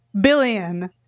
billion